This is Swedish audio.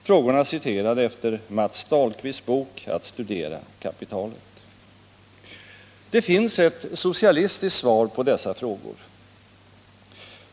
Frågorna är citerade efter Mats Dahlkvists bok Att studera Kapitalet. Det finns ett socialistiskt svar på dessa frågor.